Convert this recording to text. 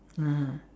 ah